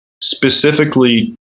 specifically